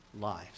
lives